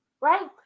right